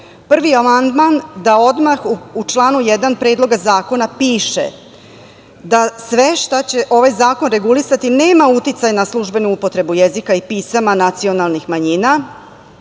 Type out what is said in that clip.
prvi amandman da odmah u članu 1. predloga zakona piše da sve šta će ovaj zakon regulisati nema uticaj na službenu upotrebu jezika i pisama nacionalnih manjina,